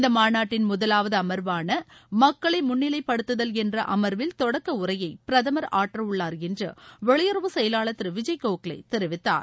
இந்த மாநாட்டின் முதலாவது அமர்வாள மக்களை முன்னிலைப்படுத்துதல் என்ற அமர்வில் தொடக்க உரையை பிரதமர் ஆற்றவுள்ளார் என்று வெளியுறவு செயலாளர் திரு விஜய் கோகலே தெரிவித்தார்